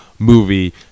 movie